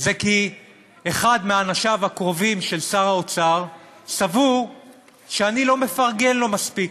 זה שאחד מאנשיו הקרובים של שר האוצר סבור שאני לא מפרגן לו מספיק,